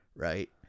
Right